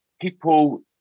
people